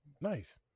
Nice